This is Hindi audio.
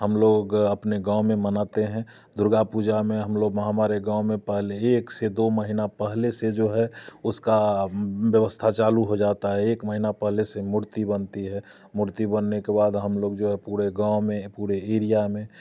हम लोग अपने गाँव में मनाते हैं दुर्गा पूजा में हम लोग हमारे गाँव में पहले ही एक से दो महीना पहले से जो है उसका व्यवस्था चालू हो जाता है एक महीना पहले से मूर्ति बनती है मूर्ति बनने के बाद हम लोग जो है पूरे गांव में पूरे एरिया में